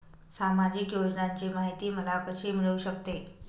सामाजिक योजनांची माहिती मला कशी मिळू शकते?